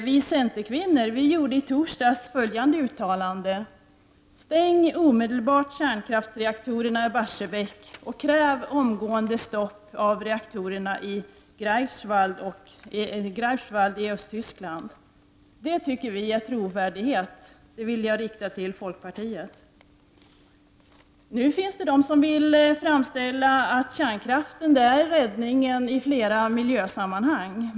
Vi centerkvinnor gjorde i torsdags följande uttalande: Stäng omedelbart kärnkraftsreaktorerna i Barsebäck och kräv omgående stopp av reaktorerna i Greifswald i Östtyskland. Det tycker vi ger trovärdighet. De orden vill jag rikta till folkpartiet. Nu finns det de som vill framställa kärnkraften som räddningen i flera miljösammanhang.